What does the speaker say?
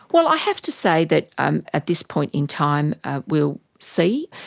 well i have to say that um at this point in time we'll see.